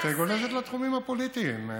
את גולשת לתחומים הפוליטיים.